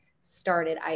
started